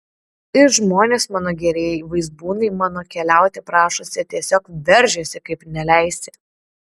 ir žmonės mano gerieji vaizbūnai mano keliauti prašosi tiesiog veržiasi kaip neleisi